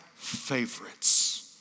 favorites